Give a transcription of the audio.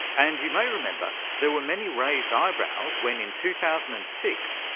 and you may remember, there were many raised eyebrows when in two thousand and six,